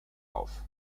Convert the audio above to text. auf